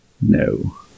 no